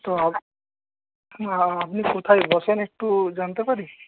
তো না আপনি কোথায় বসেন একটু জানতে পারি